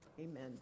Amen